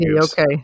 Okay